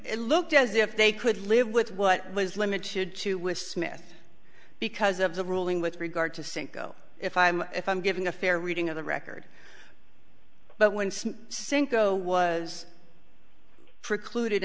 it looked as if they could live with what was limited to with smith because of the ruling with regard to cinco if i'm if i'm giving a fair reading of the record but when cinco was precluded